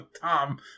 Tom